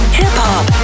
hip-hop